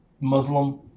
Muslim